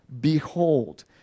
Behold